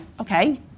okay